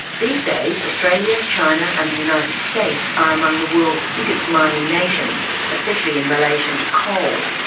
these days, australia, china and the united states are among the world's biggest mining nations, especially in relation to coal,